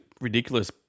ridiculous